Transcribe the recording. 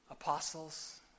Apostles